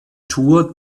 tour